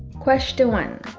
question one.